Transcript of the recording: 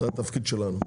זה התפקיד שלנו.